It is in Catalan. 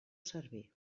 servir